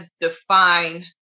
define